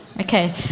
Okay